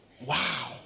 wow